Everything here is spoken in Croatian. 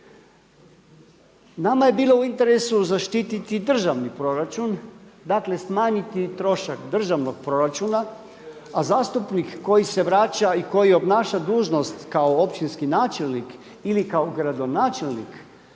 Nama je bilo u interesu zaštititi državni proračun, dakle smanjiti trošak državnog proračuna, a zastupnik koji se vraća i koji obnaša dužnost kao općinski načelnik ili kao gradonačelnik